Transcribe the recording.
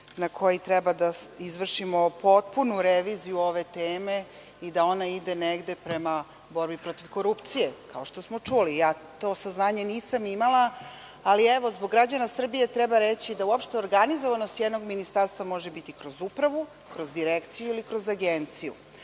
na koji treba da izvršimo potpunu reviziju ove teme i da ona ide negde prema borbi protiv korupcije, kao što smo čuli. To saznanje nisam imala, ali evo, zbog građana Srbije treba reći da uopšte organizovanost jednog ministarstva može biti kroz upravu, kroz direkciju ili kroz agenciju.